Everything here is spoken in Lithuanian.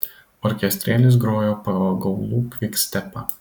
orkestrėlis grojo pagaulų kvikstepą